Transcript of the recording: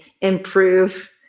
improve